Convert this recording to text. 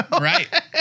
Right